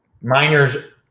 Miners